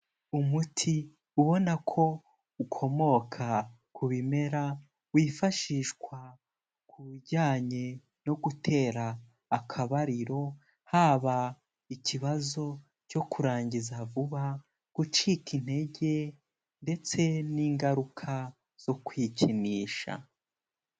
Umuti ubona ko ukomoka ku bimera wifashishwa ku bijyanye no gutera akabariro haba ikibazo cyo kurangiza vuba, gucika intege ndetse n'ingaruka zo kwikinisha.